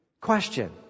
Question